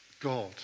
God